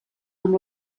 amb